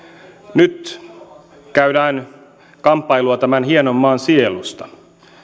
nyt käydään kamppailua tämän hienon maan sielusta